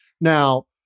Now